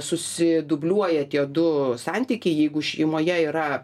susidubliuoja tie du santykiai jeigu šeimoje yra